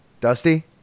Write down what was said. Dusty